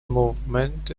movement